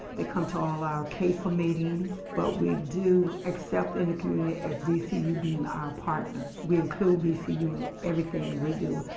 they come to all our case meetings. but we do accept in the community as vcu being our partners. we include vcu in everything we do,